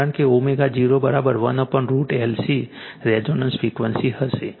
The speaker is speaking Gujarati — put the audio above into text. કારણ કે ω0 1√LC રેઝોનન્સ ફ્રીક્વન્સી હશે